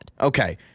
Okay